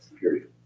Period